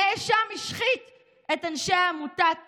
הנאשם השחית את אנשי עמותת "איילים"